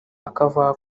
akavuga